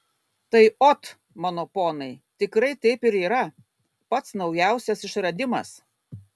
tai ot mano ponai tikrai taip ir yra pats naujausias išradimas